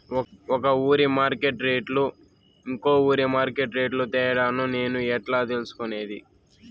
ఒక ఊరి మార్కెట్ రేట్లు ఇంకో ఊరి మార్కెట్ రేట్లు తేడాను నేను ఎట్లా తెలుసుకునేది?